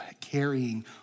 carrying